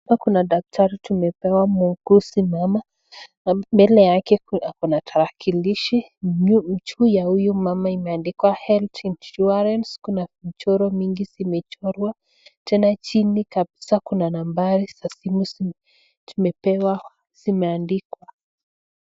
Hapa kuna daktari tumepewa muuguzi mama, mbele yake kuna tarakilishi, juu ya huyu mama imeandikwa Health Insurance kuna michoro mingi zimechorwa, tena chini kuna nambari za simu tumepewa zimeandikwa.